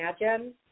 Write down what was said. imagine